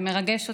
זה מרגש אותי.